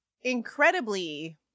incredibly